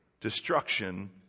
destruction